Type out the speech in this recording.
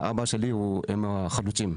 אבא שלי הוא עם החלוצים.